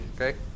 Okay